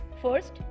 First